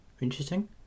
Interesting